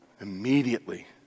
Immediately